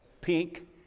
pink